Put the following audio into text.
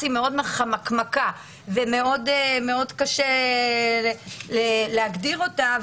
היא מאוד חמקמקה ומאוד קשה להגדיר אותה,